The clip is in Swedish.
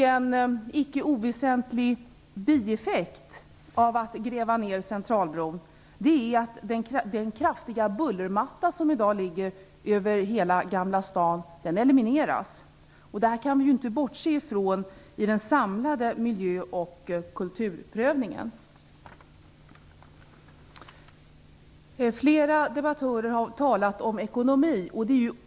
En icke oväsentlig bieffekt av att gräva ned Centralbron är att den kraftiga bullermatta som i dag ligger över hela Gamla stan elimineras. Det kan vi inte bortse ifrån i den samlade miljö och kulturprövningen. Flera debattörer har talat om ekonomi.